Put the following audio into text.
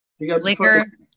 Liquor